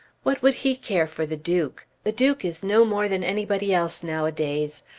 what would he care for the duke? the duke is no more than anybody else nowadays.